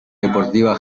deportiva